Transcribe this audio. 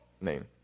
name